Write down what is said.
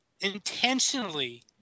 intentionally